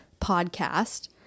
podcast